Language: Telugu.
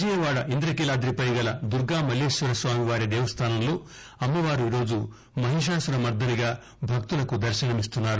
విజయవాడ ఇంద్రకీలాదిపై గల దుర్గా మల్లేశ్వర స్వామివారిదేవస్థానంలో అమ్మవారు ఈరోజు మహిషాసుర మర్దిని గా భక్తులకు దర్శనమిస్తున్నారు